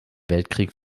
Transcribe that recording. weltkrieg